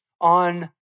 on